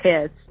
kids